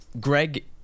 greg